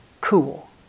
Cool